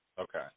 Okay